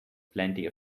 plenty